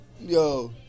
Yo